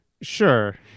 Sure